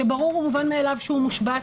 שברור ומובן מאליו שהוא מושבת,